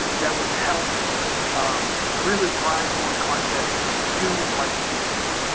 that would help um really drive more content to my youtube channel?